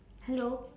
hello